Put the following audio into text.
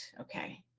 okay